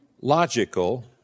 logical